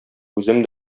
үзем